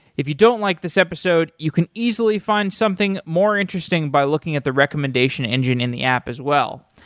if you don't like this episode you can easily find something more interesting by looking at the recommendation engine in the app as well.